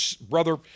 brother